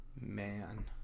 man